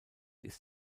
ist